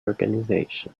organization